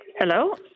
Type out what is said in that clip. hello